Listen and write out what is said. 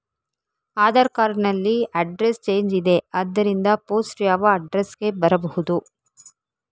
Aadhaar card ನಲ್ಲಿ address change ಇದೆ ಆದ್ದರಿಂದ ಪೋಸ್ಟ್ ಯಾವ ಅಡ್ರೆಸ್ ಗೆ ಬರಬಹುದು?